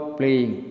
playing